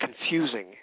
confusing